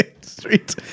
Street